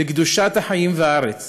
לקדושת החיים והארץ.